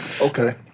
Okay